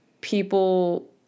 people